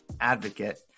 advocate